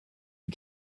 you